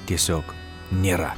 tiesiog nėra